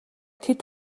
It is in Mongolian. тэд